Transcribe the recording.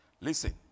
Listen